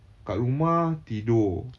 kat rumah tidur